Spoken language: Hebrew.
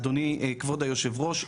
אדוני כבוד יושב הראש,